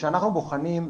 כשאנחנו בוחנים,